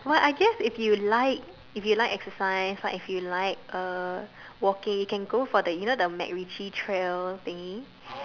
but I guess if you like if you like exercise like if you like walking you know you can go the MacRitchie trail thingy